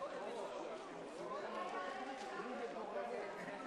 ואז הבנתי מחדש מה זה לפחד בביתך שלך.